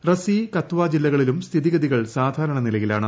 റസി കത്വ ജില്ലകളിലും സ്ഥിതിഗതികൾ സാധാരണ നിലയിലാണ്